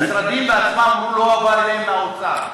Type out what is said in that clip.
המשרדים בעצמם אמרו שלא עבר אליהם מהאוצר.